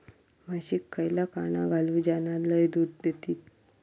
म्हशीक खयला खाणा घालू ज्याना लय दूध देतीत?